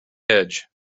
hedge